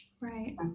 Right